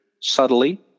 subtly